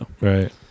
Right